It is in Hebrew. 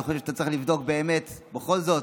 ואני חושב שאתה צריך לבדוק באמת בכל זאת,